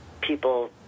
people